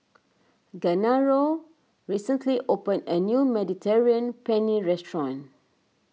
Genaro recently opened a new Mediterranean Penne restaurant